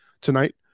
tonight